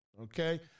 Okay